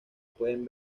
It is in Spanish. pueden